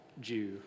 Jew